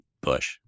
Bush